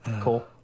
Cool